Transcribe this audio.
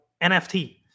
NFT